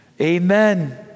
Amen